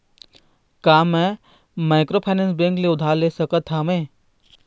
का मैं microfinance bank से उधार ले सकत हावे?